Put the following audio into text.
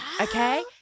Okay